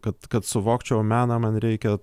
kad kad suvokčiau meną man reikia